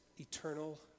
eternal